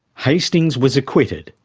hastings was acquitted,